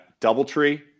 Doubletree